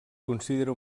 considera